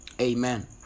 Amen